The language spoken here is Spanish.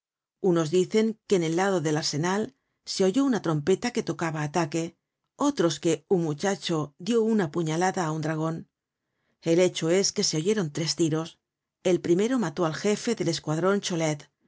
unos dicen que en el lado del arsenal se oyó una trompeta que tocaba ataque otros que un muchacho dió una puñalada á un dragon el hecho es que se oyeron tres tiros el primero mató al jefe del escuadron cholet